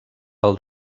pel